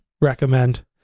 Recommend